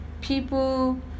people